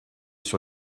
sur